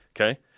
Okay